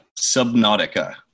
Subnautica